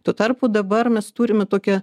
tuo tarpu dabar mes turime tokią